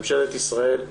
ממשלת ישראל,